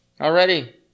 already